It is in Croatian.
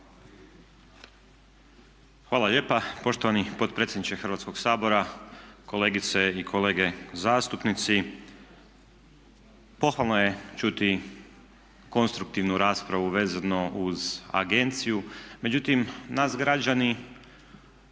Hvala lijepa poštovani potpredsjedniče Hrvatskog sabora, kolegice i kolege zastupnici. Pohvalno je čuti konstruktivnu raspravu vezano uz agenciju, međutim nas građani